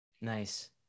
Nice